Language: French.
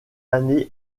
années